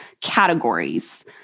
categories